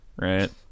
right